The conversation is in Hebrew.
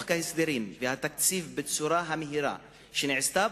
ההסדרים והתקציב בצורה המהירה שנעשתה,